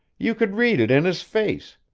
you could read it in his face!